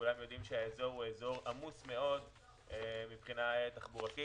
כולם יודעים שזה אזור עמוס מאוד מבחינה תחבורתית